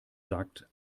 sagt